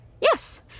Yes